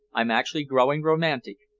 i'm actually growing romantic.